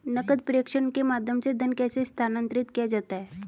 नकद प्रेषण के माध्यम से धन कैसे स्थानांतरित किया जाता है?